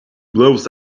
blows